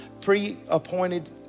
pre-appointed